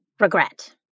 Regret